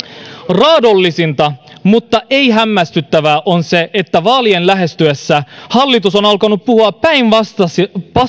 raadollisinta mutta ei hämmästyttävää on se että vaalien lähestyessä hallitus on alkanut puhua päinvastaista